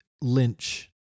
Lynch